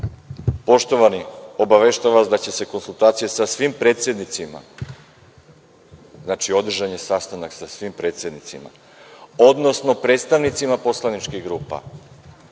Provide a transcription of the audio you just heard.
Poštovani, obaveštavam vas da se konsultacije sa svim predsednicima, znači, održan je sastanak sa svim predsednicima, odnosno predstavnicima poslaničkih grupa